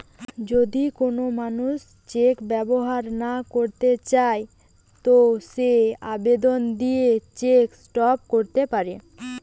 যদি কোন মানুষ চেক ব্যবহার না কইরতে চায় তো সে আবেদন দিয়ে চেক স্টপ ক্যরতে পারে